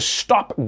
stop